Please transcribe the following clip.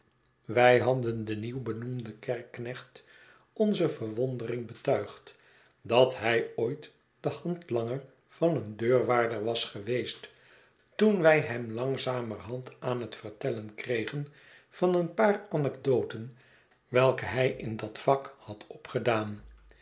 wij hadden den nieuw benoemden kerkeknecht onze ver wondering betuigd dat hij ooit de handlanger van een deurwaarder was geweest toen wij hem langzamerhand aan het vertellen kregen van een paar anekdoten welke hij in dat vak had opgedaan